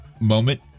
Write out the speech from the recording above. moment